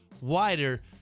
wider